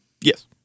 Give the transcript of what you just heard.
Yes